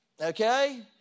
Okay